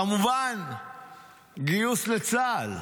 כמובן גיוס לצה"ל.